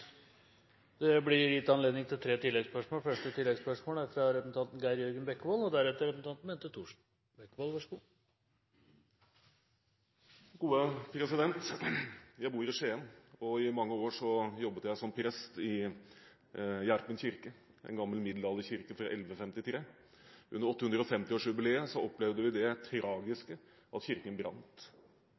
Det blir gitt anledning til tre oppfølgingsspørsmål – først Geir Jørgen Bekkevold. Jeg bor i Skien. I mange år jobbet jeg som prest i Gjerpen kirke, en gammel middelalderkirke fra 1153. Under 850-årsjubileet opplevde vi det tragiske at kirken brant.